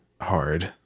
hard